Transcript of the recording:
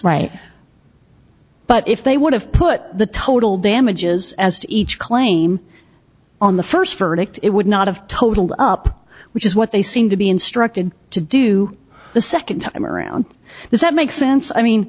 right but if they would have put the total damages as each claim on the first verdict it would not have totalled up which is what they seem to be instructed to do the second time around that makes sense i mean